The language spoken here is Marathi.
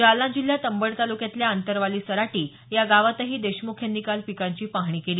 जालना जिल्ह्यात अंबड तालुक्यातल्या आंतरवाली सराटी या गावातही देशमुख यांनी काल पिकांची पाहणी केली